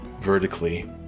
vertically